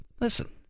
Listen